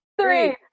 three